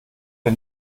der